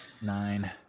Nine